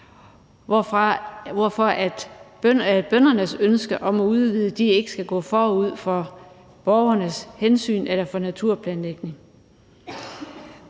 hvorfor bøndernes ønske om at udvide ikke skal gå forud for hensynet til borgerne eller naturplanlægningen.